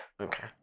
Okay